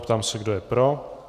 Ptám se, kdo je pro.